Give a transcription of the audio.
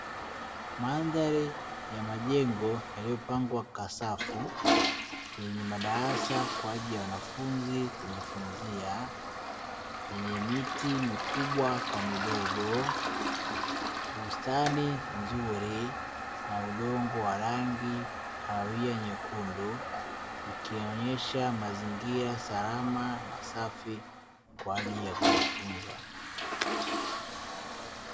Mandhari ya majengo yaliyopangwa kwa safu yenye madarasa kwa ajili ya wanafunzi kujifunzia, yenye miti mikubwa kwa midogo bustani nzuri na udongo wa rangi ya kahawia nyekundu ikionyesha mazingira salama na safi kwa ajili ya kujifunza.